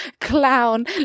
Clown